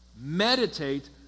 Meditate